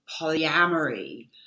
polyamory